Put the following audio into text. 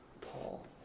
Paul